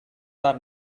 are